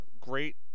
great